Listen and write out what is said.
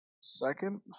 Second